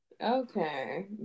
Okay